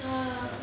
ah